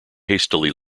hastily